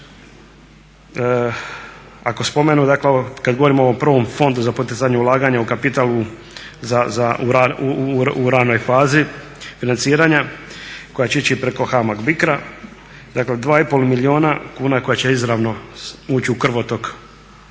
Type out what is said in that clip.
ovo, kada govorimo o ovom prvom fondu za poticanje ulaganja u kapital u ranoj fazi financiranja koja će ići preko HAMAG BICRO-a, dakle 2,5 milijuna kuna koja će izravno ući u krvotok